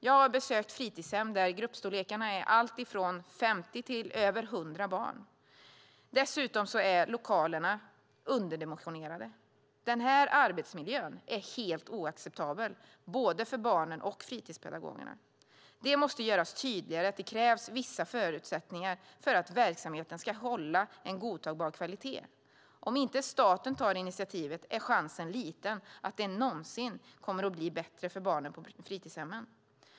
Jag har besökt fritidshem där gruppstorlekarna är alltifrån 50 till över 100 barn. Dessutom är lokalerna underdimensionerade. Den här arbetsmiljön är helt oacceptabel, både för barnen och för fritidspedagogerna. Det måste göras tydligare att det krävs vissa förutsättningar för att verksamheten ska hålla en godtagbar kvalitet. Om inte staten tar initiativet är chansen liten att det någonsin kommer att bli bättre för barnen på fritidshemmen.